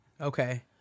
Okay